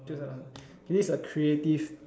choose that one this is a creative